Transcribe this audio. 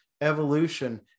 evolution